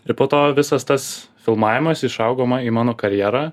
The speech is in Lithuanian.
ir po to visas tas filmavimas išaugo ma į mano karjera